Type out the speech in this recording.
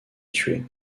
tués